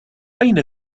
أين